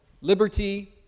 liberty